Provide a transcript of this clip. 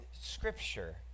scripture